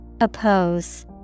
Oppose